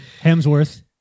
Hemsworth